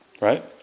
Right